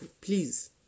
please